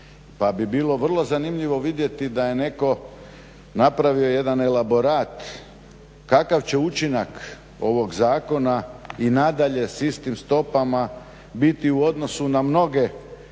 Pa bi bilo vrlo zanimljivo vidjeti da je netko napravio jedan elaborat kakav će učinak ovog zakona i nadalje s istim stopama biti u odnosu na mnoge